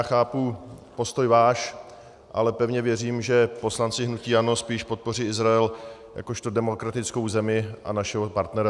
Chápu postoj váš, ale pevně věřím, že poslanci hnutí ANO spíš podpoří Izrael jakožto demokratickou zemi a našeho partnera.